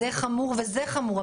זה חמור וזה חמור,